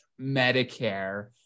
Medicare